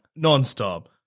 nonstop